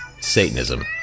Satanism